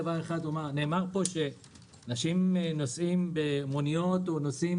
נאמר פה שאנשים נוסעים במוניות או נוסעים